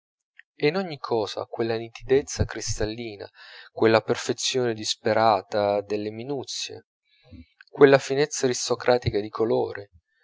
e in ogni cosa quella nitidezza cristallina quella perfezione disperata delle minuzie quella finezza aristocratica di colori